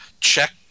Check